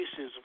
racism